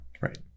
right